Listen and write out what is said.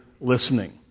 listening